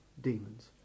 demons